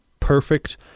perfect